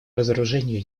разоружению